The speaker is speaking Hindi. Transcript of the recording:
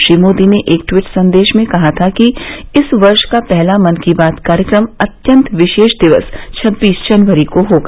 श्री मोदी ने एक ट्वीट संदेश में कहा था कि इस वर्ष का पहला मन की बात कार्यक्रम अत्यंत विशेष दिवस छब्बीस जनवरी को होगा